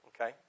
okay